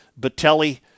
Batelli